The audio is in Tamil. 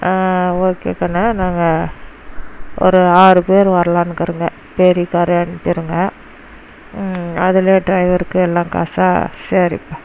ஓகே கண்ணு நாங்கள் ஒரு ஆறு பேர் வரலாம்னு இருக்கிறோங்க பெரிய காரே அனுப்பிடுங்க அதுலேயே டிரைவருக்கு எல்லாம் காசா சரிப்பா